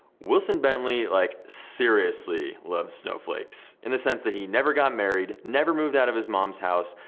wilson bentley like seriously loved snowflakes, in the sense that he never got married, never moved out of his mom's house,